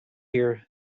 here